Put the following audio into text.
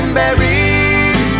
buried